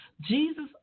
Jesus